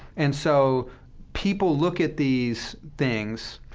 and so people look at these things,